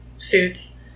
suits